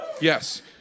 Yes